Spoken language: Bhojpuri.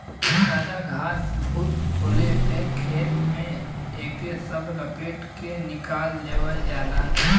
जादा घास फूस होले पे खेत में एके सब लपेट के निकाल देवल जाला